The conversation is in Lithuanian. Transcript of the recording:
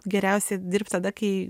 geriausia dirbt tada kai